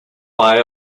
buy